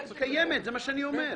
היא קיימת, זה מה שאני אומר.